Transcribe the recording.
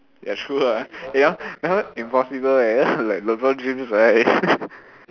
ya true lah eh that one that one impossible eh like Lebron James like that eh